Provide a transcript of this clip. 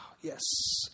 Yes